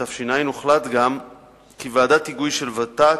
לתש"ע הוחלט גם כי ועדת היגוי של ות"ת,